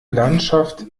landschaft